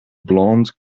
blonde